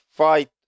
fight